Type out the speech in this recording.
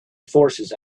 forces